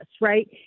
right